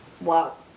Wow